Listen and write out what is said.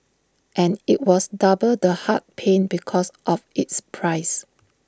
and IT was double the heart pain because of its price